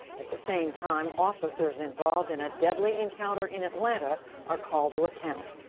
at the same time, officers involved in a deadly encounter in atlanta are called to account.